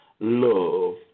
Love